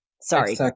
Sorry